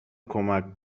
کمک